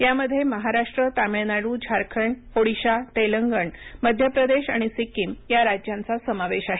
यामध्ये महाराष्ट्रतामिळनाडूझारखंडओडिशातेलंगण मध्यप्रदेश आणि सिक्किम या राज्यांचा समावेश आहे